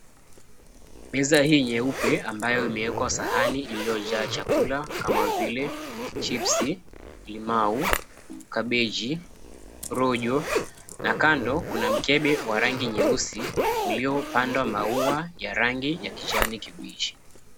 Meza hii nyeupe ambayo imeekwa sahani iliyojaa chakula kama vile chipsi, liamu, kabegi, rojo na kando kuna mkebe wa rangi nyeusi uliyopandwa maua ya rangi ya kijani kibichi.